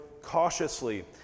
cautiously